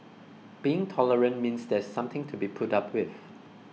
being tolerant means there's something to be put up with